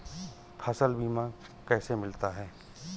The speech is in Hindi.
फसल बीमा कैसे मिलता है?